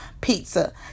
pizza